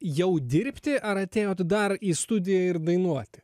jau dirbti ar atėjot dar į studiją ir dainuoti